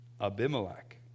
Abimelech